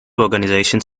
organizations